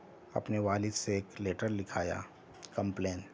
اپنے والد سے ایک لیٹر لکھایا کمپلین